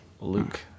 Luke